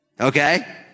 Okay